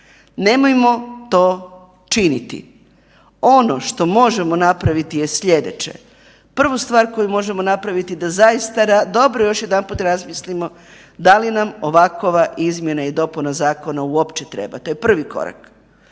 Nemojmo to činiti. Ono što možemo napraviti je slijedeće. Prvu stvar koju možemo napraviti da zaista dobro još jedanput razmislimo da li nam ovakova izmjena i dopuna zakona uopće treba. To je prvi korak.